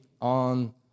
on